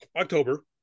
October